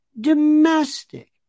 domestic